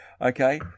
Okay